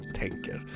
tänker